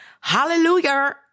Hallelujah